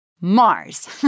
Mars